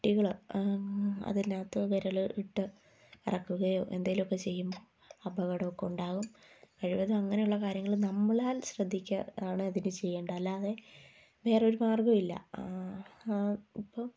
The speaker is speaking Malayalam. കുട്ടികൾ അതിൻ്റെ അകത്തോ വിരല് ഇട്ട് എറെകയോ എന്തേലുമൊക്കെ ചെയ്യും അപ്പോൾ അപകടമൊക്കെ ഉണ്ടാകും കഴിവതും അങ്ങനെയുള്ള കാര്യങ്ങൾ നമ്മളാൽ ശ്രദ്ധിക്കുക അതാണ് അതിന് ചെയ്യേണ്ടത് അല്ലാതെ വേറെയൊരു മാർഗ്ഗവുമില്ല അപ്പോൾ